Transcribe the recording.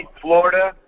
Florida